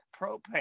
propane